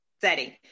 setting